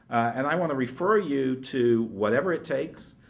and i want to refer you to whatever it takes,